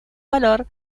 valor